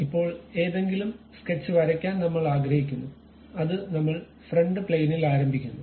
ഇപ്പോൾ ഏതെങ്കിലും സ്കെച്ച് വരയ്ക്കാൻ നമ്മൾ ആഗ്രഹിക്കുന്നു അത് നമ്മൾ ഫ്രണ്ട് പ്ലേയ്നിൽ ആരംഭിക്കുന്നു